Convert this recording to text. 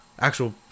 actual